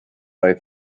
oedd